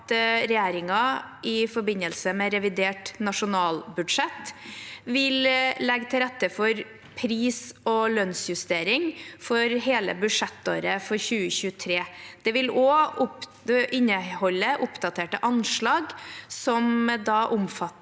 regjeringen i forbindelse med revidert nasjonalbudsjett vil legge til rette for pris- og lønnsjustering for hele budsjettåret 2023. Det vil også inneholde oppdaterte anslag som omfatter